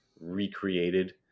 recreated